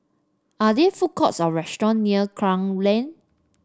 are there food courts or restaurants near Klang Lane